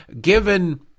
given